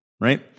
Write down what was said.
right